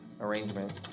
Arrangement